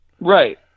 Right